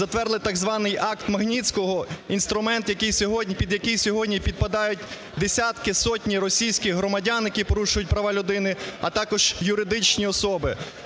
затвердили так званий Акт Магнітського - інструмент, під який сьогодні підпадають десятки, сотні російських громадян, які порушують права людини, а також юридичні особи.